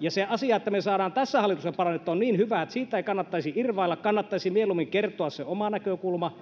ja se asia että me saamme sitä tässä hallituksessa parannettua on niin hyvä että siitä ei kannattaisi irvailla kannattaisi mieluummin kertoa se oma näkökulma